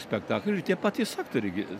spektaklį ir tie patys aktoriai gi